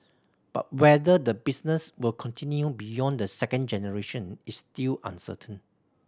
but whether the business will continue beyond the second generation is still uncertain